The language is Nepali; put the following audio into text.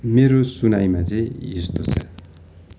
मेरो सुनाइमा चाहिँ यस्तो छ